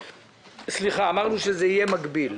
אמרנו שזה יהיה מקביל.